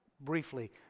briefly